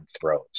throws